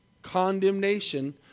Condemnation